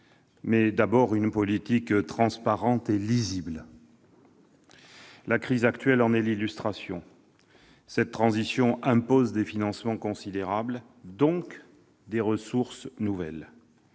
mais d'abord une politique transparente et lisible. La crise actuelle en est l'illustration. La transition impose des financements considérables, donc des ressources nouvelles.